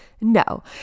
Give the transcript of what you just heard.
no